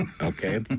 okay